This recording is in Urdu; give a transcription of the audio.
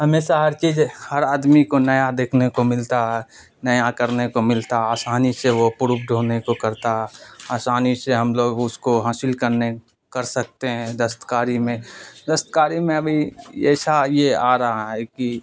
ہمیشہ ہر چیز ہر آدمی کو نیا دیکھنے کو ملتا ہے نیا کرنے کو ملتا آسانی سے وہ پروبڈ ہونے کو کرتا ہے آسانی سے ہم لوگ اس کو حاصل کرنے کر سکتے ہیں دستکاری میں دستکاری میں ابھی ایسا یہ آ رہا ہے کہ